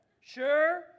sure